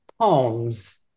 poems